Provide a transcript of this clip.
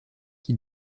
qui